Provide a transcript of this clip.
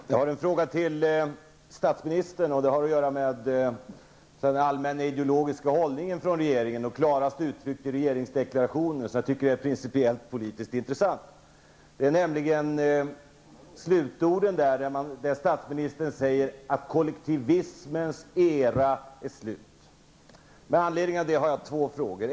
Herr talman! Jag har en fråga till statsministern. Den har att göra med regeringens allmänna ideologiska hållning och är klarast uttryckt i regeringsdeklarationen. Jag tycker därför att frågan är principiellt politiskt intressant. I slutorden av regeringsdeklarationen säger statsministern att kollektivismens era är slut. Med anledning av det har jag två frågor.